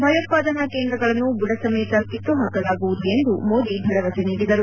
ಭಯೋತ್ಪಾದನಾ ಕೇಂದ್ರಗಳನ್ನು ಬುಡಸಮೇತ ಕಿತ್ತುಹಾಕಲಾಗುವುದು ಎಂದು ಮೋದಿ ಭರವಸೆ ನೀಡಿದರು